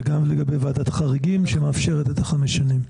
וגם לגבי ועדת חריגים שמאפשרת את חמש השנים.